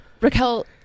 Raquel